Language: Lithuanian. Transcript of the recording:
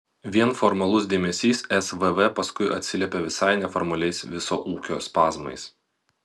vien formalus dėmesys svv paskui atsiliepia visai neformaliais viso ūkio spazmais